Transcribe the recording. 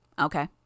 okay